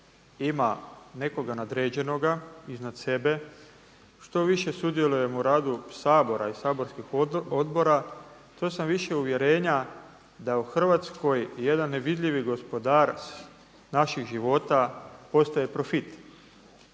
ima nekoga nadređenoga iznad sebe. Što više sudjelujem u radu Sabora i saborskih odbora to sam više uvjerenja da u Hrvatskoj jedan nevidljivi gospodar naših života postaje profit.